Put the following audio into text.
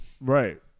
right